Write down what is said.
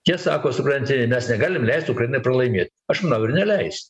jie sako supranti mes negalim leist ukrainai pralaimėt aš manau ir neleis